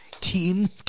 Team